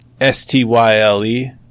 S-T-Y-L-E